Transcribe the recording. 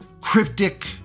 cryptic